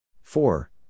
Four